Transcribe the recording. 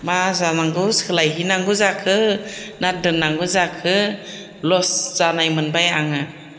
मा जानांगौ सोलायहैनांगौ जाखो ना दोननांगौ जाखो लस जानाय मोनबाय आङो